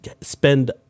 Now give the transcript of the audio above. spend